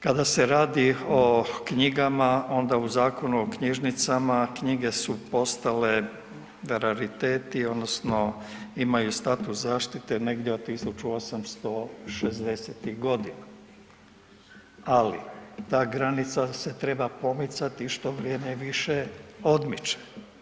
Kada se radi o knjigama onda u Zakonu o knjižnicama knjige su postale rariteti odnosno imaju status zaštite negdje od 1860.-ih godina, ali ta granica se treba promicati što vrijeme više odmiče.